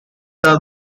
the